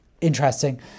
interesting